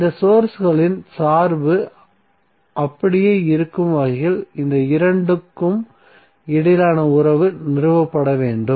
இந்த சோர்ஸ்களின் சார்பு அப்படியே இருக்கும் வகையில் இந்த இரண்டுக்கும் இடையிலான உறவு நிறுவப்பட வேண்டும்